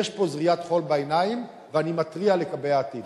יש פה זריית חול בעיניים, ואני מתריע לגבי העתיד.